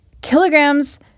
Kilograms